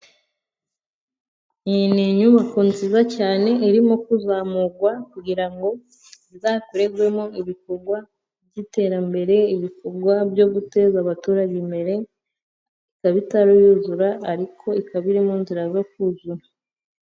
Iyi ni inyubako nziza cyane irimo kuzamurwa kugira ngo izakorerwemo ibikorwa by'iterambere, ibikorwa byo guteza abaturage imbere, ikaba itaruzura ariko ikaba iri m nzira yo kuzura.